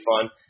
fun